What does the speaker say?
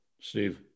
Steve